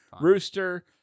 Rooster